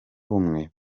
bumwe